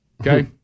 Okay